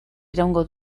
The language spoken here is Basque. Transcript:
iraungo